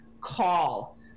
call